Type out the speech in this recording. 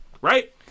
right